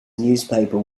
newspaper